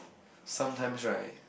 sometimes right